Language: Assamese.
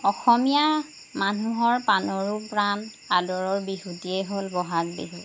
অসমীয়া মানুহৰ প্ৰাণৰো প্ৰাণ আদৰৰ বিহুটিয়ে হ'ল বহাগ বিহু